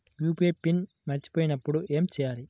UPI PIN మరచిపోయినప్పుడు ఏమి చేయాలి?